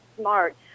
smart